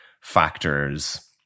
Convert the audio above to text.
factors